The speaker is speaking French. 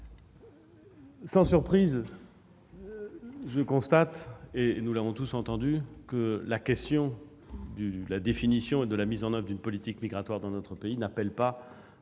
Sans surprise, je constate- nous l'avons tous entendu -que la question de la définition et de la mise en oeuvre d'une politique migratoire dans notre pays n'appelle pas,